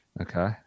Okay